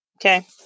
okay